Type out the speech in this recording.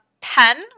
pen